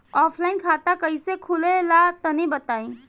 Offline खाता कइसे खुले ला तनि बताई?